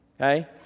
Okay